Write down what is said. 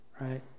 right